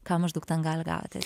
ką maždaug ten gali gauti